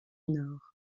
nord